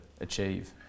achieve